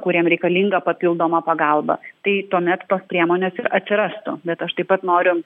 kuriem reikalinga papildoma pagalba tai tuomet tos priemonės ir atsirastų bet aš taip pat noriu